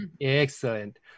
Excellent